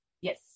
Yes